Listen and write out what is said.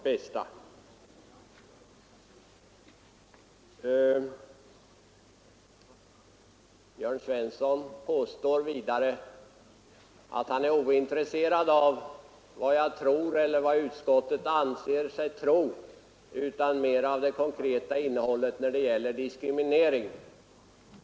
Herr Jörn Svensson påstår vidare att han är ointresserad av vad jag tror eller av vad utskottet anser sig tro. Han är mer intresserad av det konkreta innehållet när det gäller diskriminering.